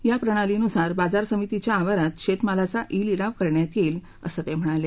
या कार्यप्रणालीनुसार बाजार समितीच्या आवारात शेतमालाचा ई लिलाव करण्यात येईल असं ते म्हणाले